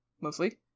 mostly